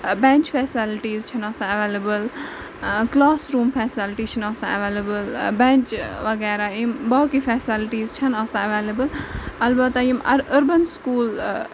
bench facilities چھَنہٕ آسان available classroom facility چھِنہٕ آسان اٮ۪ویلبٕل بٮ۪نٛچ وغیرہ امۍ باقٕے فیسَلٹیٖز چھَنہٕ آسان اٮ۪ویلبٕل البتہ یِم اَر أربَن سکوٗل